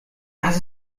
das